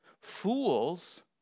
Fools